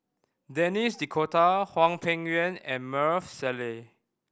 Denis D'Cotta Hwang Peng Yuan and Maarof Salleh